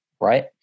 Right